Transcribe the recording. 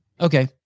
Okay